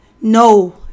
no